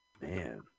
Man